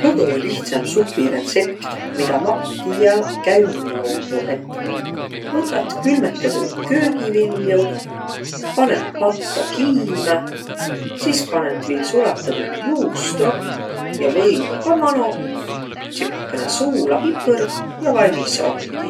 Kõgõ lihtsämb supiretsept, midä maq tiiä, käü niimoodu, et võtat külmetedüid köögivilju, panõt patta kiimä, sis panõt viil sulatõdut juusto ja võidu ka manoq, tsipakõnõ suula, pipõrd ja valmis omgiq.